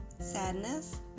sadness